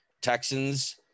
Texans